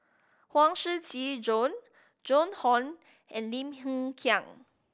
Huang Shiqi Joan Joan Hon and Lim Hng Kiang